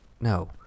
No